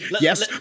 yes